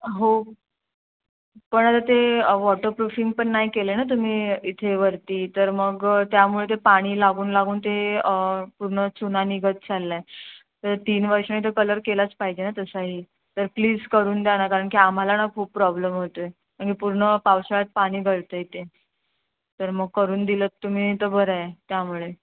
हो पण आता ते वॉटर प्रूफिंग पण नाही केलं आहे ना तुम्ही इथे वरती तर मग त्यामुळे ते पाणी लागून लागून ते पूर्ण चुना निघत चालला आहे तर तीन वर्षाने तर कलर केलाच पाहिजे ना तसाही तर प्लीज करून द्या ना कारण की आम्हाला ना खूप प्रॉब्लेम होतो आहे म्हणजे पूर्ण पावसाळ्यात पाणी गळतं आहे ते तर मग करून दिलंत तुम्ही तर बरं आहे त्यामुळे